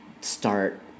start